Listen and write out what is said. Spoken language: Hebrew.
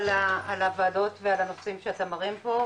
אני רוצה לומר גם שאפו על הוועדות ועל הנושאים שאתם מראים פה,